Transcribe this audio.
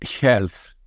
health